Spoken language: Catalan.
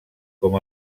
com